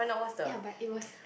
ya but it was